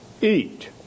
eat